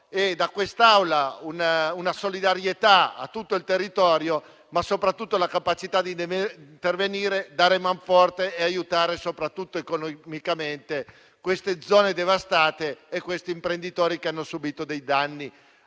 da quest'Aula la solidarietà a tutto il territorio, ma soprattutto invoco la capacità di intervenire, di dare manforte e di aiutare economicamente queste zone devastate e questi imprenditori che hanno subito danni